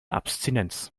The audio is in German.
abstinenz